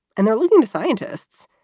and they're looking to scientists,